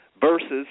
versus